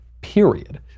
period